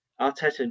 Arteta